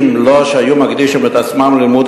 אם לא היו מקדישים את עצמם ללימוד